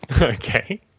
Okay